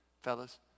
fellas